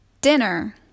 DINNER